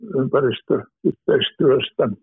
ympäristöyhteistyöstä